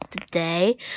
Today